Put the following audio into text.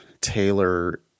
tailor